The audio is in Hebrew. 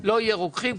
לא יהיו רוקחים,